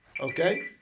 Okay